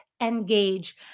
Engage